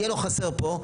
יהיה לו חסר פה,